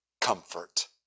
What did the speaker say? comfort